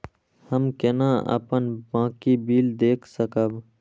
हम केना अपन बाँकी बिल देख सकब?